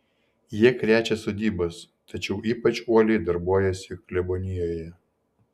jie krečia sodybas tačiau ypač uoliai darbuojasi klebonijoje